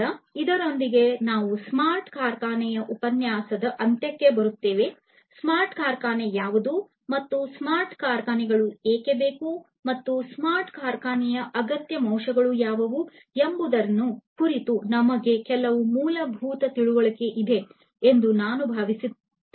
ಆದ್ದರಿಂದ ಇದರೊಂದಿಗೆ ನಾವು ಸ್ಮಾರ್ಟ್ ಕಾರ್ಖಾನೆಯ ಉಪನ್ಯಾಸದ ಅಂತ್ಯಕ್ಕೆ ಬರುತ್ತೇವೆ ಸ್ಮಾರ್ಟ್ ಕಾರ್ಖಾನೆ ಯಾವುದು ಮತ್ತು ಸ್ಮಾರ್ಟ್ ಕಾರ್ಖಾನೆಗಳು ಏಕೆ ಬೇಕು ಮತ್ತು ಸ್ಮಾರ್ಟ್ ಕಾರ್ಖಾನೆಯ ಅಗತ್ಯ ಅಂಶಗಳು ಯಾವುವು ಎಂಬುದರ ಕುರಿತು ನಿಮಗೆ ಕೆಲವು ಮೂಲಭೂತ ತಿಳುವಳಿಕೆ ಇದೆ ಎಂದು ನಾನು ಭಾವಿಸುತ್ತೇನೆ